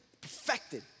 Perfected